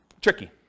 tricky